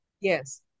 yes